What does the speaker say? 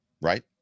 right